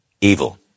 evil